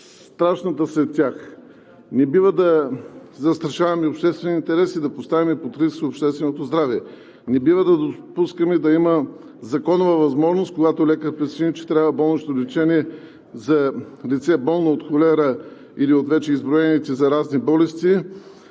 най-страшната сред тях. Не бива да застрашаваме обществения интерес и да поставяме под риск общественото здраве. Не бива да допускаме да има законова възможност, когато лекарят прецени, че трябва болнично лечение за лице, болно от холера или от изброените вече заразни болести,